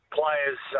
players